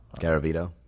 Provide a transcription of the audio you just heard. Garavito